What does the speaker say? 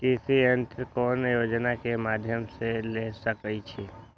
कृषि यंत्र कौन योजना के माध्यम से ले सकैछिए?